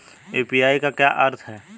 UPI का क्या अर्थ है?